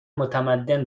متمدن